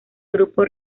grupo